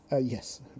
Yes